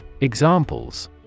Examples